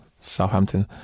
Southampton